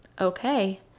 okay